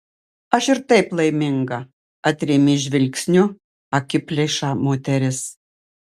aš ir taip laiminga atrėmė žvilgsniu akiplėšą moteris